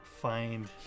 find